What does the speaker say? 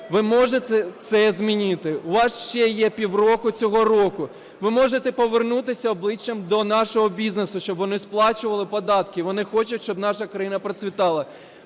ви можете це змінити, у вас ще є півроку цього року. Ви можете повернутися обличчям до нашого бізнесу, щоб вони сплачували податки, вони хочуть, щоб наша країна процвітала.